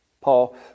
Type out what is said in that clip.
Paul